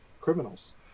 criminals